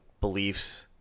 beliefs